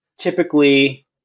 typically